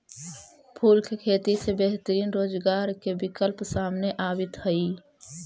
फूल के खेती से बेहतरीन रोजगार के विकल्प सामने आवित हइ